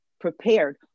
prepared